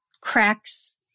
cracks